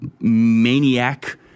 maniac